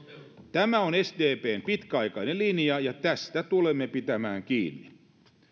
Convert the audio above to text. tämä on sdpn pitkäaikainen linja ja tästä tulemme pitämään kiinni